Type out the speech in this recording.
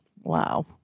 wow